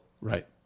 Right